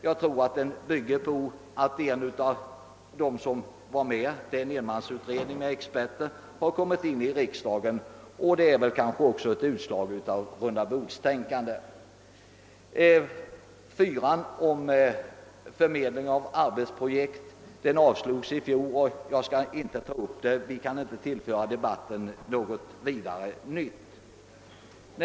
Jag tror att den har tillkommit därför att en person, som haft att göra med denna enmansutredning som expert, har kommit in i riksdagen; kanske är den också ett utslag av rundabordstänkande. Förslaget i reservationen 4 om förmedling av arbetsprojekt avslogs i fjol, och jag skall inte ta upp något resonemang om det; det kan inte tillföra debatten något nytt.